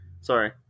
Sorry